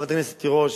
חברת הכנסת תירוש,